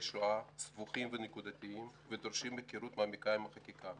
השואה סבוכים ונקודתיים ודורשים היכרות מעמיקה עם החקיקה.